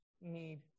need